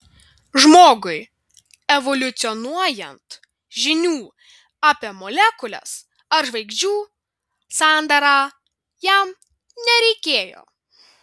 žmogui evoliucionuojant žinių apie molekules ar žvaigždžių sandarą jam nereikėjo